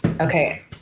Okay